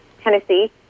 Tennessee